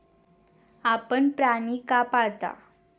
आपण प्राणी का पाळता?